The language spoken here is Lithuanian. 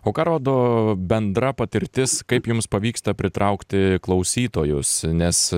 o ką rodo bendra patirtis kaip jums pavyksta pritraukti klausytojus nes